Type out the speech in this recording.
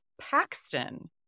Paxton